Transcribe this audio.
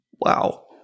Wow